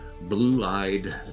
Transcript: blue-eyed